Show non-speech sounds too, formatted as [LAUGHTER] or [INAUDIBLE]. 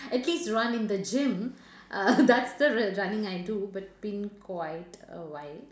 at least run in the gym uh [LAUGHS] that's the real running I do but been quite a while